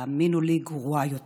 תאמינו לי, הייתה גרועה יותר.